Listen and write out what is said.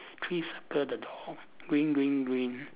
three circle the door green green green